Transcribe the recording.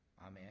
Amen